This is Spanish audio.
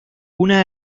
una